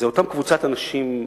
זה אותה קבוצת אנשים,